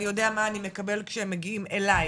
אני יודע מה אני מקבל כשהם מגיעים אליי